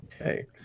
Okay